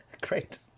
Great